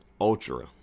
Ultra